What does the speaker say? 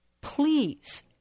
please